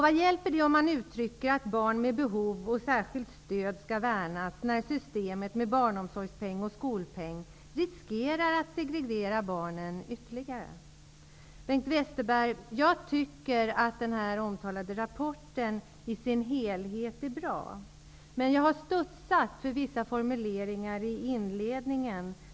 Vad hjälper det om man säger att barn med behov av särskilt stöd skall värnas, när systemet med barnomsorgspeng och skolpeng riskerar att ytterligare segregera barnen? Jag tycker att den omtalade rapporten i dess helhet är bra, men jag har studsat inför vissa formuleringar i inledningen.